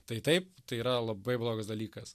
tai taip tai yra labai blogas dalykas